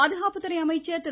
பாதுகாப்புத்துறை அமைச்சர் திரு